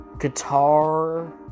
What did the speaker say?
guitar